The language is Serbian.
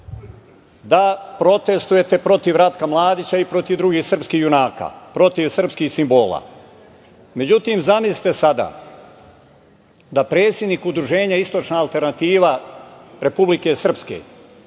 da protestujete protiv Ratka Mladića i protiv drugih srpskih junaka, protiv srpskih simbola.Međutim, zamislite sada da predsednik udruženja „Istočna alternativa“ Republike Srpske,